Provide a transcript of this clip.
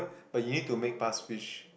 but you need to make pass fish